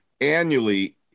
annually